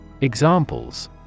Examples